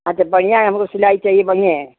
हाँ तब बढ़िया है हमको सिलाई चाहिए बढ़िया